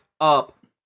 up